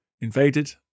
invaded